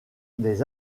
les